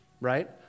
right